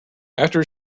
after